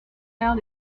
heure